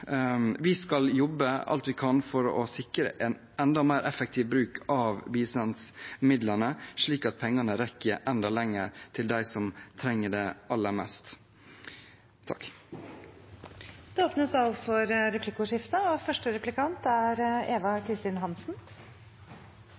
Vi skal jobbe alt vi kan for å sikre en enda mer effektiv bruk av bistandsmidlene, slik at pengene rekker enda lenger for dem som trenger det aller mest.